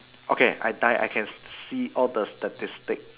okay I die I can see all the statistic